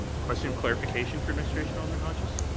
and question, clarification for administration, alderman hodges?